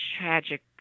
tragic